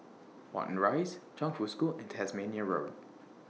Watten Rise Chongfu School and Tasmania Road